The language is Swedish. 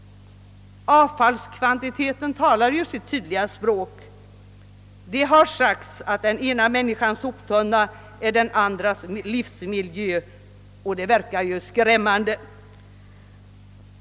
Avfallskvantiteten talar sitt tydliga språk. Det har sagts att den ena människans soptunna är den andras livsmiljö, och det verkar ju skrämmande.